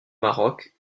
maroc